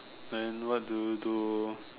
then what do you do